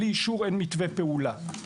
בלי אישור, אין מתווה פעולה.